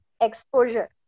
exposure